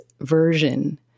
version